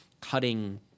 cutting